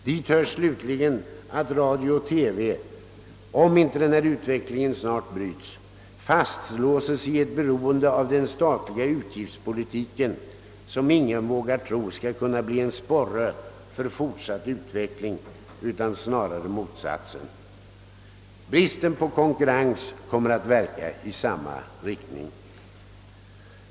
Dit hör dessutom att radio och TV, om inte denna utveckling snart bryts, fastlåses i ett beroende av den statliga utgiftspolitiken, vilken ingen vågar tro skall bli en sporre för fortsatt utveckling utan snarare motsatsen. Bristen på konkurrens kommer att verka i samma riktning.